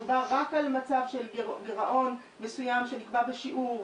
דובר רק על מצב של גירעון מסוים שנקבע בשיעור,